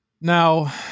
now